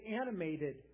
animated